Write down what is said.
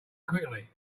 quickly